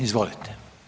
Izvolite.